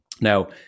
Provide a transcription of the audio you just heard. Now